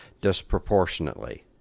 disproportionately